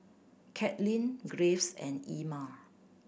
Katlin Graves and Emma